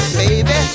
baby